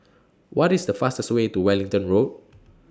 What IS The fastest Way to Wellington Road